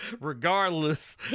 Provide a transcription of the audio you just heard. regardless